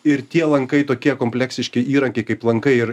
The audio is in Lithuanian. ir tie lankai tokie kompleksiški įrankiai kaip lankai ir